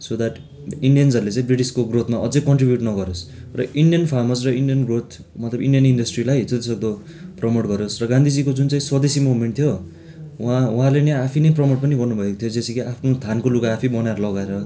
so that इन्डियन्सहरूले चाहिँ ब्रिटिसको ग्रोथमा अझै कन्ट्रिब्युट नगरोस् र इन्डियन फार्मर्स र इन्डियन्स ग्रोथ मतलब इन्डियन इन्डस्ट्रीलाई जति सक्दो प्रमोट गरोस् र गान्धीजीको जुन चाहिँ स्वदेशी मुभमेन्ट थियो उहाँ उहाँले नै आफै नै प्रमोट पनि गर्नु भएको थियो जैसे कि आफ्नो थानको लुगा आफै बनाएर लगाएर